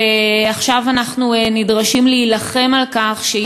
ועכשיו אנחנו נדרשים להילחם על כך שהיא